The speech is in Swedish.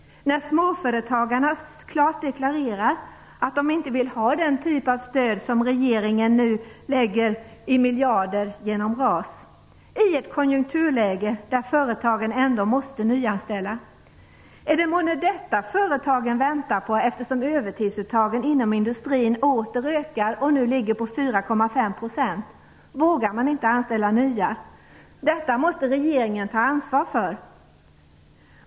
Småföretagarna deklarerar klart att de inte vill ha den typ av stöd som regeringen nu lägger fram i miljarder genom RAS i ett konjunkturläge där företagen ändå måste nyanställa. Är det månne detta företagen väntar på? Övertidsuttagen inom industrin ökar ju återigen och ligger nu på 4,5 %. Vågar man inte anställa nya? Detta måste regeringen ta ansvar för.